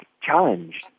challenge